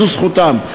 זו זכותן.